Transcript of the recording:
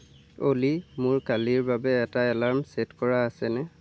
অ'লি মোৰ কালিৰ বাবে এটা এলাৰ্ম ছেট কৰা আছেনে